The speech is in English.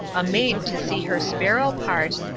a maid to see her sparrow part,